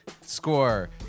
score